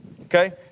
Okay